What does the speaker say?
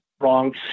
wrong